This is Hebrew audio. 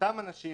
אותם אנשים,